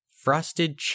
Frosted